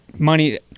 money